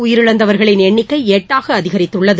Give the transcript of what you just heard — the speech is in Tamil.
உயிரிழந்தவரிகளின் எண்ணிக்கை எட்டாக அதிகரித்துள்ளது